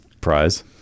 prize